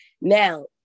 Now